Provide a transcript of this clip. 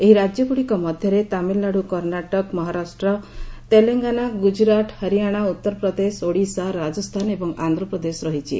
ଏହି ରାଜ୍ୟଗୁଡ଼ିକ ମଧ୍ୟରେ ତାମିଲନାଡ଼ୁ କର୍ଣ୍ଣାଟକ ମହାରାଷ୍ଟ୍ର ତେଲଙ୍ଗାନା ଗୁଜରାଟ ହରିଆଣା ଉତ୍ତରପ୍ରଦେଶ ଓଡ଼ିଶା ରାଜସ୍ଥାନ ଏବଂ ଆନ୍ଧ୍ରପ୍ରଦେଶ ରହିଛି